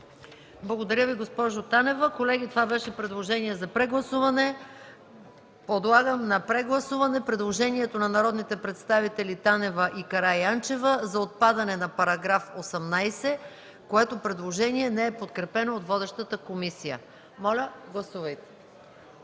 Благодаря Ви, госпожо Танева. Колеги, това беше предложение за прегласуване. Подлагам на прегласуване предложението на народните представители Танева и Караянчева за отпадане на § 18, което не е подкрепено от водещата комисия. Гласували